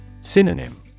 Synonym